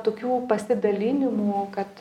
tokių pasidalinimų kad